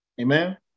Amen